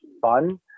fun